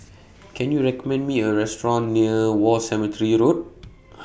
Can YOU recommend Me A Restaurant near War Cemetery Road